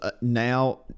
now –